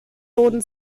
boden